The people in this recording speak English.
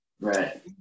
Right